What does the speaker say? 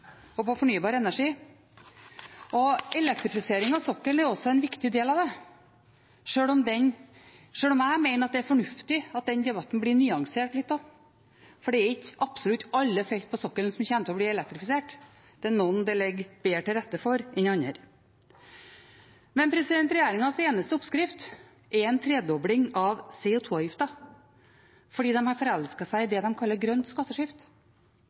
og på fornybar energi. Elektrifisering av sokkelen er også en viktig del av det, sjøl om jeg mener at det er fornuftig at den debatten blir litt nyansert, for det er ikke absolutt alle felt på sokkelen som kommer til å bli elektrifisert. Det er noen det ligger bedre til rette for enn andre. Regjeringens eneste oppskrift er en tredobling av CO 2 -avgiften fordi de har forelsket seg i det de kaller for grønt skatteskift,